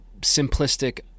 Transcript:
simplistic